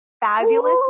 fabulous